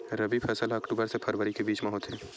रबी फसल हा अक्टूबर से फ़रवरी के बिच में होथे